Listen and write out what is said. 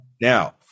Now